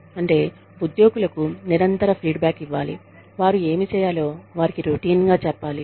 అంటే ఉద్యోగులకు నిరంతర ఫీడ్బ్యాక్ ఇవ్వాలి వారు ఏమి చేయాలో వారికి రోటీన్ గా చెప్పాలి